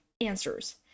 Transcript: answers